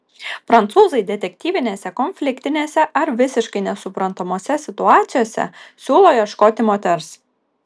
prancūzai detektyvinėse konfliktinėse ar visiškai nesuprantamose situacijose siūlo ieškoti moters